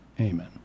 Amen